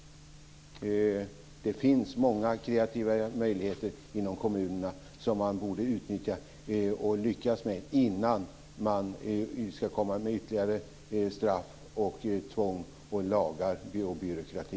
Det finns många kreativa möjligheter inom kommunerna som man borde utnyttja och lyckas med innan man kommer med ytterligare straff, tvång, lagar och byråkrati.